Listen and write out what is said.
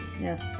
yes